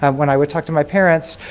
um when i would talk to my parents,